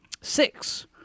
Six